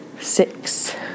six